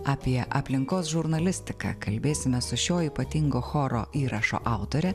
apie aplinkos žurnalistiką kalbėsime su šio ypatingo choro įrašo autore